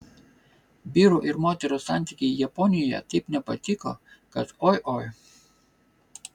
vyrų ir moterų santykiai japonijoje taip nepatiko kad oi oi